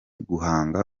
guhanga